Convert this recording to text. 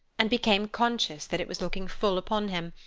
and became conscious that it was looking full upon him,